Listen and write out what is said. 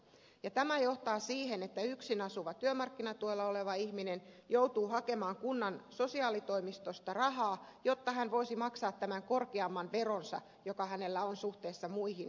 ja tämä johtaa siihen että yksin asuva työmarkkinatuella oleva ihminen joutuu hakemaan kunnan sosiaalitoimistosta rahaa jotta hän voisi maksaa tämän korkeamman veronsa joka hänellä on suhteessa muihin kansalaisiin